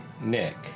Nick